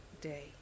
day